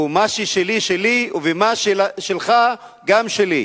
הוא מה ששלי שלי, ומה ששלך גם שלי.